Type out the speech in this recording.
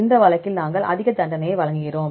இந்த வழக்கில் நாங்கள் அதிக தண்டனையை வழங்குகிறோம்